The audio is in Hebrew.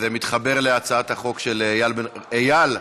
זה מתחבר להצעת החוק של איל, איל,